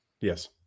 yes